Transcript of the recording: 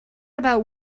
about